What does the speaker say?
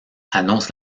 annonce